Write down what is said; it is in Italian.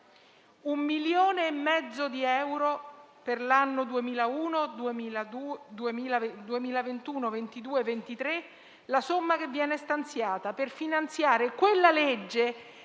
Un milione e mezzo di euro per gli anni 2021, 2022 e 2023 è la somma che viene stanziata per finanziare quella legge